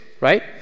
Right